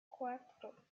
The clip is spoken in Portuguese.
quatro